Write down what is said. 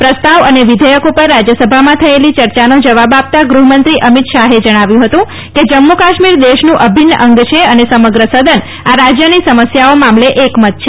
પ્રસ્તાવ અને વિધેયક પર રાજ્યસભામાં થયેલી ચર્ચાનો જવાબ આપતા ગૂહમંત્રી અમિત શાહે જણાવ્યું હતું કે જમ્મુ કાશ્મીર દેશનું અભિન્ન અંગ છે અને સમગ્ર સદન આ રાજ્યની સમસ્યાઓ મામલે એક મત છે